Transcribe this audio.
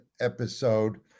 episode